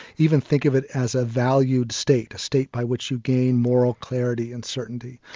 even think of it as a valued state, a state by which you gain more clarity and certainty.